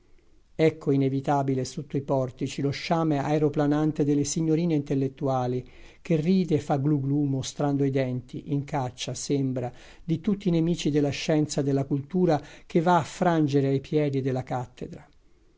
ecco inevitabile sotto i portici lo sciame aereoplanante delle signorine intellettuali che ride e fa glu glu mostrando i denti in caccia sembra di tutti i nemici della scienza e della cultura che va a frangere ai piedi della cattedra